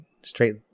straight